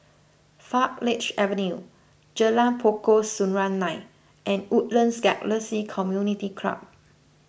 Farleigh Avenue Jalan Pokok Serunai and Woodlands Galaxy Community Club